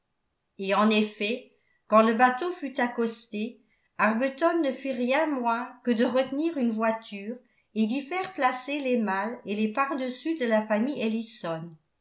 et en effet quand le bateau fut accosté arbuton ne fit rien moins que de retenir une voiture et d'y faire placer les malles et les pardessus de la famille ellison